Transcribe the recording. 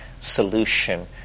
solution